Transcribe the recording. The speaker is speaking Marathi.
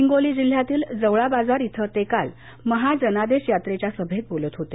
हिंगोली जिल्ह्यातील जवळाबाजार इथं ते काल महा जनादेश यात्रेच्या सभेत बोलत होते